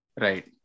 Right